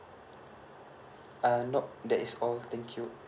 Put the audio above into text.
uh nope that is all thank you